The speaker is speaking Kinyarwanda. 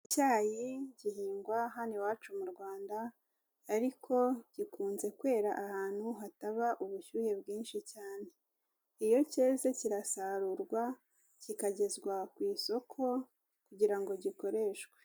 Icyayi gihingwa hano iwacu mu Rwanda ariko gikunze kwera ahantu hataba ubushyuhe bwinshi cyane, iyo cyeze kirasarurwa kikagezwa ku isoko kugira ngo gikoreshwe.